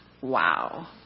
Wow